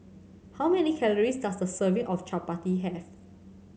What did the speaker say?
how many calories does a serving of chappati have